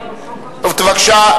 בבקשה.